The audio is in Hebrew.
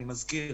אני מזכיר,